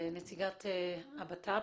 לנציגת הבט"פ.